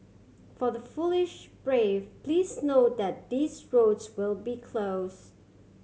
for the foolish brave please note that these roads will be close